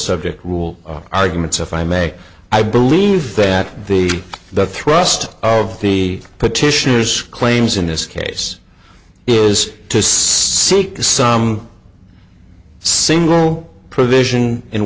subject rule arguments if i may i believe that the the thrust of the petitioner's claims in this case is to seek some single provision in